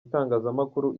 itangazamakuru